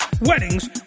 weddings